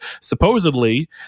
Supposedly